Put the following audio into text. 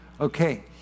Okay